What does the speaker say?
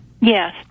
Yes